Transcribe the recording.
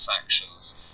factions